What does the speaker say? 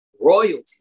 royalty